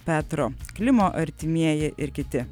petro klimo artimieji ir kiti